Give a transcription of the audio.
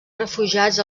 refugiats